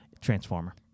transformer